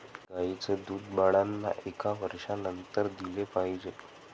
गाईचं दूध बाळांना एका वर्षानंतर दिले पाहिजे